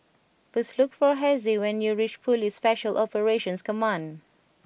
please look for Hezzie when you reach Police Special Operations Command